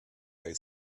they